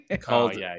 called